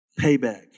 Payback